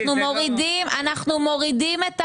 אנחנו מורידים את הרף.